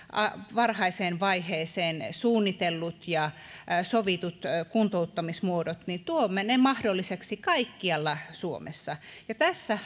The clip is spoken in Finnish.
varhaiseen vaiheeseen suunnitellut ja sovitut kuntouttamismuodot mahdollisiksi kaikkialla suomessa ja tässä